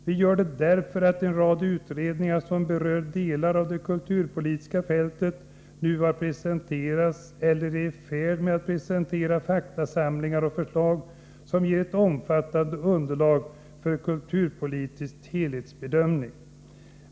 Vi gör det därför att en rad utredningar som berör delar av det kulturpolitiska fältet nu har presenterat eller är i färd med att presentera faktasamlingar och förslag som ger ett omfattande underlag för en kulturpolitisk helhetsbedömning.